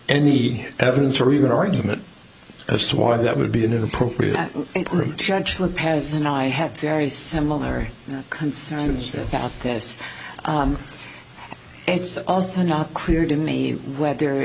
any evidence or even argument as to why that would be inappropriate and i have very similar concerns about it's also not clear to me whether